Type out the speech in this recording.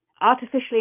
artificially